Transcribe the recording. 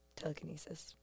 telekinesis